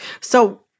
So-